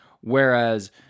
Whereas